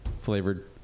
flavored